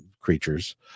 creatures